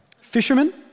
Fisherman